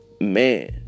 man